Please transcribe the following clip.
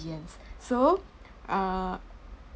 ~ans so err